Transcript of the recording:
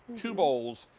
two bowls.